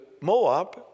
Moab